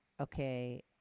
okay